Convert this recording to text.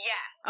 Yes